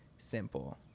simple